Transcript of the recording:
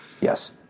Yes